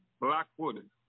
Blackwood